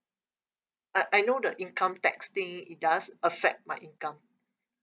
I I know the income tax thing it does affect my income